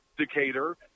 Decatur